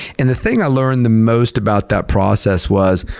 and the thing i learned the most about that process was,